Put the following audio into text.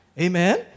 Amen